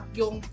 yung